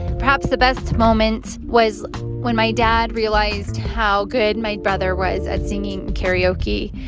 perhaps the best moment was when my dad realized how good my brother was at singing karaoke.